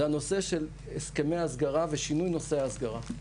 זה הנושא של הסכמי הסגרה ושינוי נושא ההסגרה.